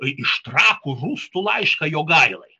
iš trakų rūstų laišką jogailai